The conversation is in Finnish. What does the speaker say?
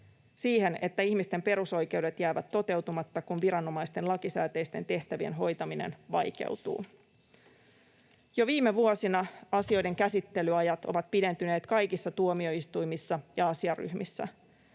siihen, että ihmisten perusoikeudet jäävät toteutumatta, kun viranomaisten lakisääteisten tehtävien hoitaminen vaikeutuu. Jo viime vuosina asioiden käsittelyajat ovat pidentyneet kaikissa tuomioistuimissa ja asiaryhmissä.